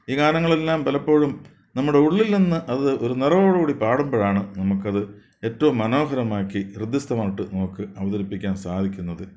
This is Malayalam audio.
ഈ ഗാനങ്ങളെല്ലാം പലപ്പോഴും നമ്മുടെ ഉള്ളിൽ നിന്ന് അത് ഒരു നെറിവോടുകൂടി പാടുമ്പോഴാണ് നമുക്ക് അത് ഏറ്റവും മനോഹരമാക്കി ഹൃദ്യസ്ഥമായിട്ട് നമുക്ക് അവതരിപ്പിക്കാൻ സാധിക്കുന്നത്